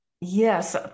Yes